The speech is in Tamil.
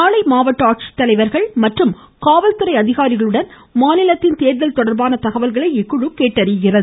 நாளை மாவட்ட ஆட்சியர்கள் மற்றும் காவல்துறை அதிகாரிகளுடன் மாநிலத்தின் தேர்தல் தொடர்பான தகவல்களை இக்குழு கேட்டறிய உள்ளது